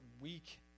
weak